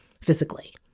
physically